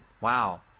Wow